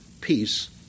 peace